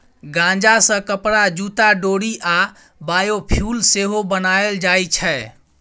गांजा सँ कपरा, जुत्ता, डोरि आ बायोफ्युल सेहो बनाएल जाइ छै